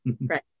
right